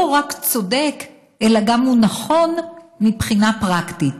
רק צודק אלא הוא גם נכון מבחינה פרקטית.